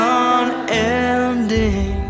unending